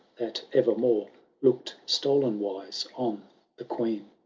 that ever more look'd stopn-wise on the queen.